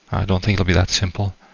i don't think it'll be that simple.